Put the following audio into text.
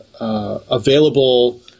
available